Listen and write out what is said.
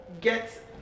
get